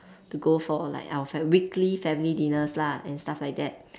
to go for like our family weekly family dinners lah and stuff like that